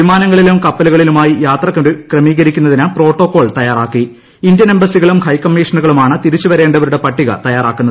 വിമാനങ്ങളിലും കപ്പലുകളിലുമായി യാത്ര ക്രമീകരിക്കുന്നതിന് പ്രോട്ടോക്കോൾ എംബസികളും ഹൈക്കമ്മീഷനുകളുമാണ് തിരിച്ചുവരേണ്ടവരുടെ പട്ടിക തയ്യാറാക്കുന്നത്